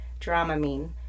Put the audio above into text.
Dramamine